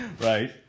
Right